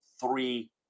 three